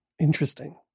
Interesting